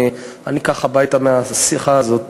אני אקח הביתה מהשיחה הזאת,